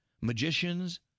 magicians